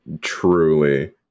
Truly